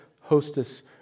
hostess